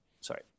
Sorry